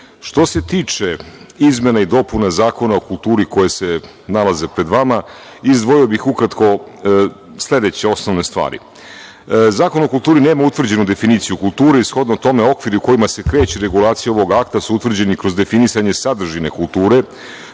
Što se tiče izmene i dopune Zakona o kulturi koje se nalaze pred vama, izdvojio bih ukratko sledeće osnovne stvari. Zakon o kulturi nema utvrđenu definiciju kulture i, shodno tome, okviri u kojima se kreće regulacija ovog akta su utvrđeni kroz definisanje sadržine kulture,